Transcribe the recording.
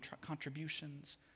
contributions